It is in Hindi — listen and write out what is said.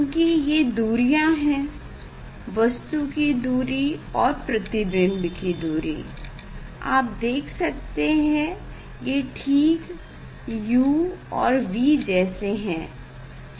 चूंकि ये दूरियाँ हैं वस्तु की दूरी और प्रतिबिंब की दूरी आप देख सकते हैं ये ठीक u और v जैसे है